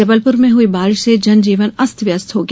जबलप्र में हुई बारिश से जनजीवन अस्त वस्त हो गया